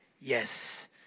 yes